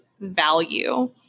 value